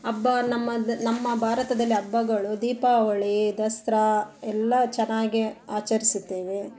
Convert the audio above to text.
ಹಬ್ಬ ನಮ್ಮ ದ್ ನಮ್ಮ ಭಾರತದಲ್ಲಿ ಹಬ್ಬಗಳು ದೀಪಾವಳಿ ದಸರಾ ಎಲ್ಲ ಚೆನ್ನಾಗಿ ಆಚರಿಸುತ್ತೇವೆ